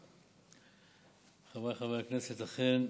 חבריי חברי הכנסת, אכן,